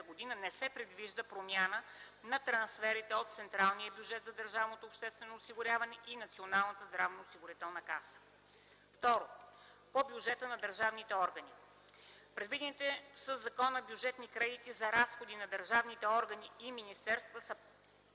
г. не се предвижда промяна на трансферите от централния бюджет за Държавното обществено осигуряване и Националната здравноосигурителна каса. 2. По бюджетите на държавните органи Предвидените със закона бюджетни кредити за разходи на държавните органи и министерствата